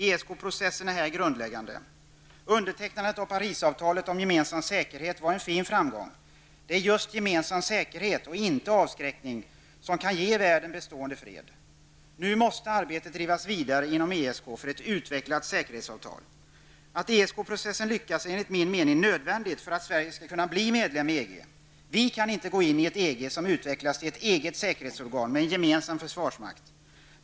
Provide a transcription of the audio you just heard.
ESK processen är här grundläggande. Undertecknandet av Parisavtalet om en gemensam säkerhet var en fin framgång. Det är just gemensam säkerhet, inte avskräckning, som kan ge världen en bestående fred. Nu måste arbetet drivas vidare inom ESK för ett utvecklat säkerhetsavtal. Att ESK-processen lyckas är enligt min mening nödvändigt för att Sverige skall kunna medlem i EG. Vi kan inte gå in i EG om EG utvecklas till eget säkerhetsorgan där man har en gemensam försvarsmakt.